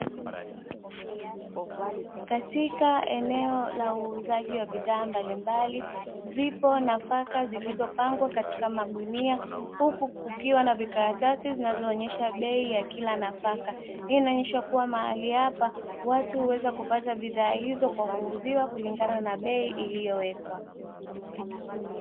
Katika eneo la uuzaji wa bidhaa mbalimbali zipo nafaka zilizopangwa katika magunia huku kukiwa na vikaratasi zinazoonyesha bei ya kila nafaka, hii inaonyesha kuwa mahali hapa watu huweza kupata bidhaa hizo kwa kuuziwa kulingana na bei iliyowekwa.